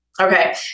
Okay